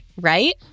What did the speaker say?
right